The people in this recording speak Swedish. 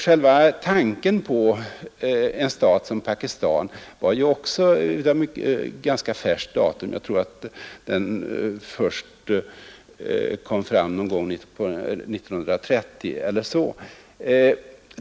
Själva tanken på en stat som Pakistan är också av ganska färskt datum — jag tror den först kom fram någon gång omkring 1930.